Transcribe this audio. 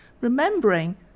Remembering